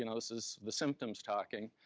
you know this is the symptoms talking,